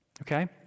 Okay